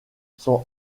son